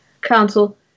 council